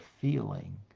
feeling